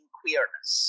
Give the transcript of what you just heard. queerness